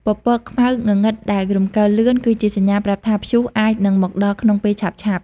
ពពកខ្មៅងងឹតដែលរំកិលលឿន គឺជាសញ្ញាប្រាប់ថា ព្យុះអាចនឹងមកដល់ក្នុងពេលឆាប់ៗ។